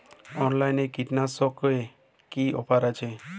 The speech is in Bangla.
অনলাইনে কীটনাশকে কি অফার আছে?